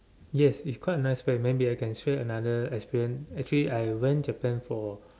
yes it's quite a nice place maybe I can share another experience actually I went Japan for